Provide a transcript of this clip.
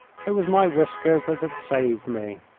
it was my whiskers that had saved me.